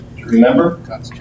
remember